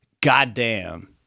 Goddamn